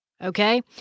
okay